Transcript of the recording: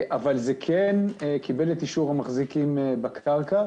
אבל זה כן קיבל את אישור המחזיקים בקרקע.